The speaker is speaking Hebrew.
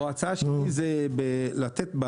ההצעה שלי היא לתת אפשרות,